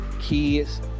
kids